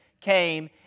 came